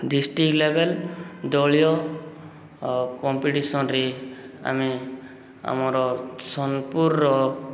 district ଲେବେଲ୍ ଦଳୀୟ ଆ କମ୍ପିଟିସନରେ ଆମେ ଆମର ସୋନପୁରର